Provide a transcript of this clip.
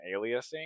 aliasing